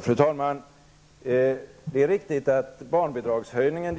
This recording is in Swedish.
Fru talman! Det är riktigt att barnbidragshöjningen